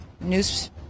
news